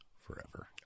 forever